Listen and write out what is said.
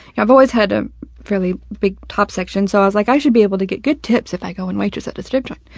i've always had a fairly big top section, so i was like, i should be able to get good tips if i go and waitress at this strip joint.